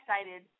excited –